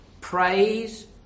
praise